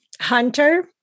hunter